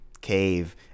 cave